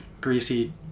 greasy